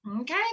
okay